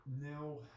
now